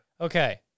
Okay